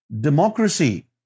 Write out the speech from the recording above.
democracy